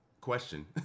question